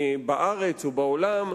בארץ או בעולם.